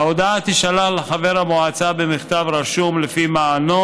ההודעה תישלח לחבר המועצה במכתב רשום לפי מענו